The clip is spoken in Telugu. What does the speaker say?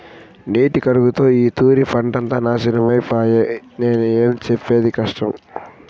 నీటి కరువుతో ఈ తూరి పంటంతా నాశనమై పాయె, ఏం సెప్పేది కష్టం